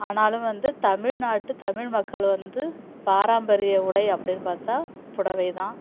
ஆனாலும் வந்து தமிழ்நாட்டு தமிழ் மக்கள் வந்து பாரம்பரிய உடை அப்படின்னு பார்த்தா புடவை தான்